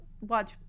watch